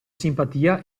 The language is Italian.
simpatia